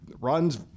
runs